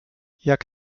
jak